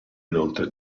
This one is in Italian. inoltre